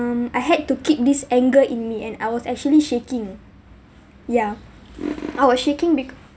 I had to keep this anger in me and I was actually shaking yeah I was shaking bec~